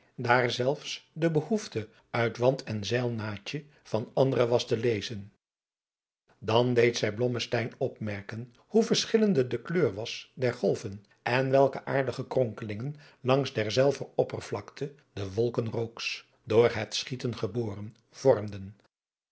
daar zelfs de behoeste uit wand en zeilaadje van andere was te lezen dan deed zij blommesteyn opmerken hoe verschillende de kleur was der golven en welke aardige kronkelingen langs derzelver oppervlakte de wolken rooks door het schieten geboren vormden